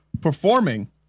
performing